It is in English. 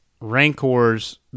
Rancor's